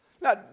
Now